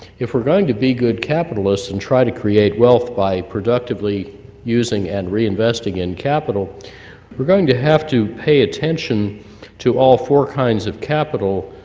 if we're going to be good capitalists, and try to create wealth by productively using, and reinvesting in capital we're going to have to pay attention to all four kinds of capital,